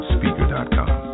Speaker.com